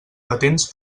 patents